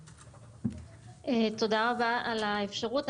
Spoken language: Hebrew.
תודה רבה על האפשרות.